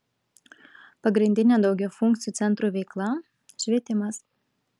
pagrindinė daugiafunkcių centrų veikla švietimas